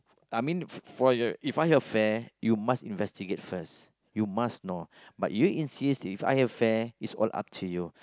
I mean for If I have affair you must investigate first you must know but you insist If I have affair is all up to you